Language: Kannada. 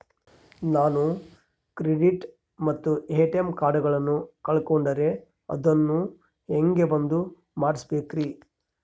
ನಾನು ಕ್ರೆಡಿಟ್ ಮತ್ತ ಎ.ಟಿ.ಎಂ ಕಾರ್ಡಗಳನ್ನು ಕಳಕೊಂಡರೆ ಅದನ್ನು ಹೆಂಗೆ ಬಂದ್ ಮಾಡಿಸಬೇಕ್ರಿ?